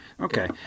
Okay